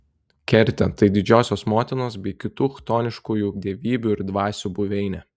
kertė tai didžiosios motinos bei kitų chtoniškųjų dievybių ir dvasių buveinė